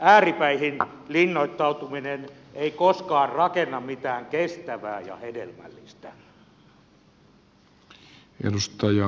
ääripäihin linnoittautuminen ei koskaan rakenna mitään kestävää ja hedelmällistä